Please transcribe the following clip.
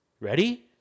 ready